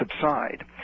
subside